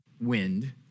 wind